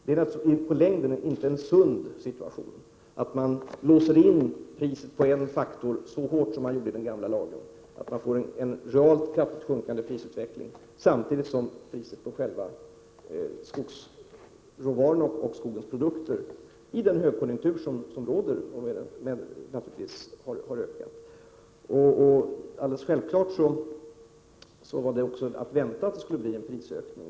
Det är i längden inte en sund situation att man låser priset på en faktor så hårt som skedde med den gamla lagen att man får en kraftig real prissänkning, samtidigt som priset på själva skogsråvaran och skogsprodukter i den högkonjunktur som råder har ökat. Självfallet var det också att vänta att det skulle bli en prisökning.